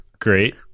Great